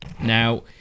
Now